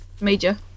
Major